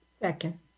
Second